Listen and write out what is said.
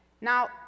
Now